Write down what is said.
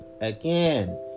Again